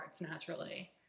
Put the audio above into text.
naturally